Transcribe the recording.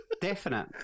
definite